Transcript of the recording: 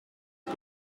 era